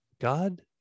God